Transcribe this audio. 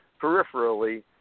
peripherally